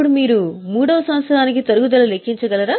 ఇప్పుడు మీరు దీన్ని 3 వ సంవత్సరానికి తరుగుదల లెక్కించు గలరా